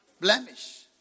Blemish